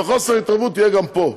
וחוסר ההתערבות גם יהיה פה.